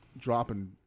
dropping